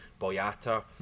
Boyata